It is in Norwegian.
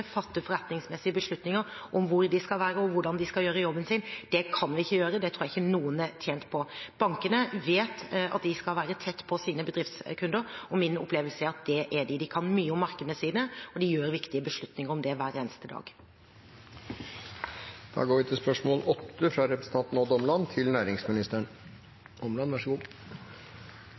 forretningsmessige beslutninger om hvor de skal være og hvordan de skal gjøre jobben sin, kan vi ikke gjøre. Det tror jeg ikke noen er tjent med. Bankene vet at de skal være tett på sine bedriftskunder, og min opplevelse er at det er de. De kan mye om markedene sine, og de gjør viktige beslutninger om det hver eneste dag. Da går vi til spørsmål 8. «Mineralnæringen er en av få næringer som er nevnt spesifikt i regjeringserklæringen. Næringsministeren